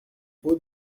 hauts